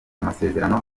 amasezerano